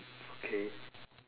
okay